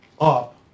up